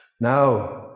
Now